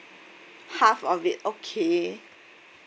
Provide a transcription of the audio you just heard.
half of it okay